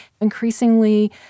Increasingly